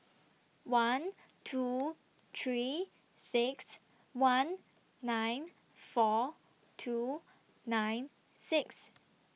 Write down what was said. one two three six one nine four two nine six